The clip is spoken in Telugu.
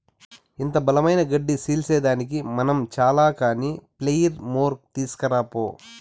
ఇంత బలమైన గడ్డి సీల్సేదానికి మనం చాల కానీ ప్లెయిర్ మోర్ తీస్కరా పో